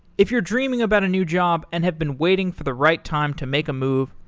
if you're dreaming about a new job and have been waiting for the right time to make a move,